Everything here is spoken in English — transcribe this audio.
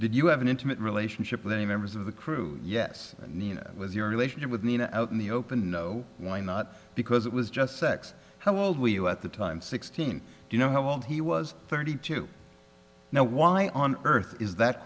did you have an intimate relationship with any members of the crew yes it was your relationship with nina out in the open no why not because it was just sex how old were you at the time sixteen do you know how old he was thirty two now why on earth is that